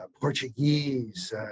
Portuguese